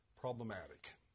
problematic